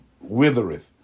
withereth